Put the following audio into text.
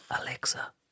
Alexa